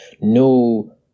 no